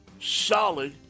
solid